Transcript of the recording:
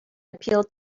appeal